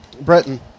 Breton